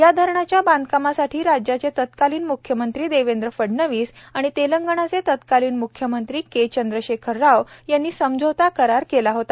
या धरणाच्या बांधकामासाठी राज्याचे तत्कालीन मुख्यमंत्री देवेंद्र फडणवीस आणि तेलंगणचे तत्कालीन मुख्यमंत्री के चंद्रशेखर राव यांनी समझोता करार केला होता